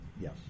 Yes